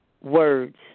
words